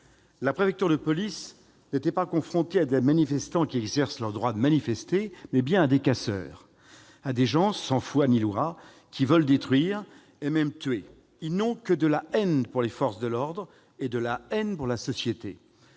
La préfecture de police était confrontée non pas à des manifestants qui exercent leur droit de manifester, mais bien à des casseurs, à des gens sans foi ni loi, qui veulent détruire et même tuer. Ils n'ont que de la haine pour les forces de l'ordre et de la haine pour la société.